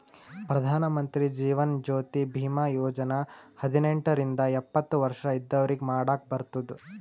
ಪ್ರಧಾನ್ ಮಂತ್ರಿ ಜೀವನ್ ಜ್ಯೋತಿ ಭೀಮಾ ಯೋಜನಾ ಹದಿನೆಂಟ ರಿಂದ ಎಪ್ಪತ್ತ ವರ್ಷ ಇದ್ದವ್ರಿಗಿ ಮಾಡಾಕ್ ಬರ್ತುದ್